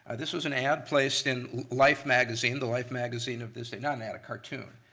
and this was an ad placed in life magazine, the life magazine of this, not an ad, a cartoon,